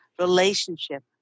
relationship